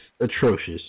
atrocious